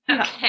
Okay